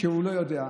שהוא לא יודע.